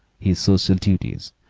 his social duties,